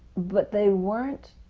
but they weren't.